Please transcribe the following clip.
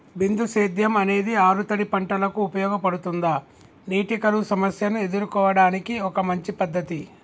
బిందు సేద్యం అనేది ఆరుతడి పంటలకు ఉపయోగపడుతుందా నీటి కరువు సమస్యను ఎదుర్కోవడానికి ఒక మంచి పద్ధతి?